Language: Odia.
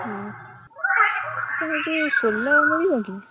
ହଁ ଯେଉଁ ସୋଲ ମିଳିବ କି